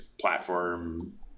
platform